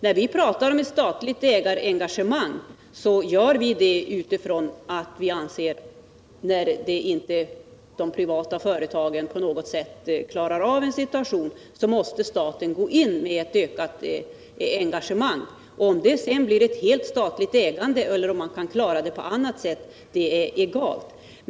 När vi talar om ett statligt ägarengagemang gör vi det utifrån uppfattningen att när de privata företagen inte på något sätt klarar av en situation måste staten gå in med ett ökat engagemang. Om det sedan blir ett helt statligt ägande eller om man kan klara det på annat sätt är egalt.